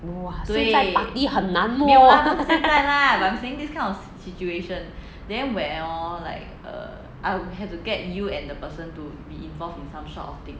!wah! 现在 party 很难 wo